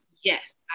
Yes